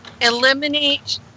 eliminate